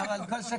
ובכל זאת